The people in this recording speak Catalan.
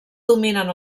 dominen